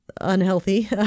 Unhealthy